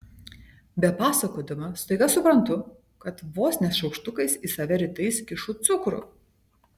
bepasakodama staiga suprantu kad vos ne šaukštukais į save rytais kišu cukrų